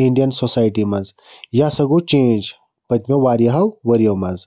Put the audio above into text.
Indian society مَنٛز یہِ ہَسا گوٚو چینٛج پٔتمیٛو واریاہو ؤرِۍ یو مَنٛز